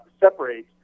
separate